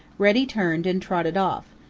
reddy turned and trotted off,